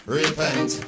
repent